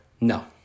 No